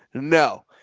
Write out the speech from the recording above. no,